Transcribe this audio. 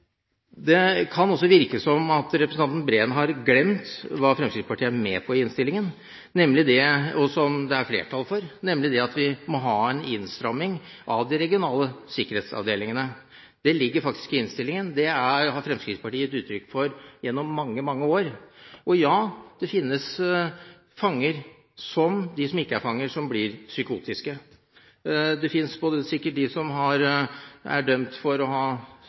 Det kan også virke som om representanten Breen har glemt hva Fremskrittspartiet er med på i innstillingen, og som det er flertall for, nemlig det at vi må ha en innstramming av de regionale sikkerhetsavdelingene. Det ligger faktisk i innstillingen, og det har Fremskrittspartiet gitt uttrykk for gjennom mange, mange år. Og ja, det finnes fanger som – på samme måte som de som ikke er fanger – blir psykotiske. Det finnes sikkert både de som er dømt for å ha